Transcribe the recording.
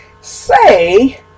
say